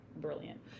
brilliant